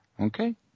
Okay